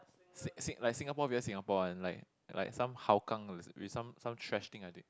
Sing~ Sing~ like Singapore v_s Singapore one like like some Hougang with with some some thrash thing I think